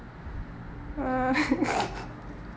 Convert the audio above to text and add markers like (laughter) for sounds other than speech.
uh (laughs)